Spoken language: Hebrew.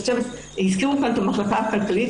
הזכירו כאן את המחלקה הכלכלית.